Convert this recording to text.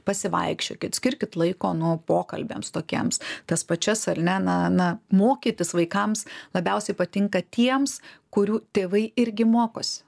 pasivaikščiokit skirkit laiko nu pokalbiams tokiems tas pačias ar ne na na mokytis vaikams labiausiai patinka tiems kurių tėvai irgi mokosi